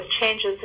changes